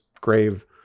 grave